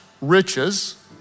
riches